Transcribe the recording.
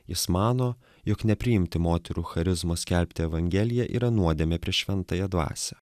jis mano jog nepriimti moterų charizmos skelbti evangeliją yra nuodėmė prieš šventąją dvasią